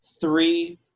three